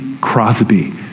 Crosby